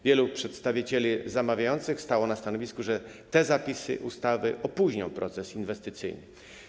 Wielu przedstawicieli zamawiających stało na stanowisku, że te zapisy ustawy opóźnią proces inwestycyjny.